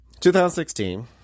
2016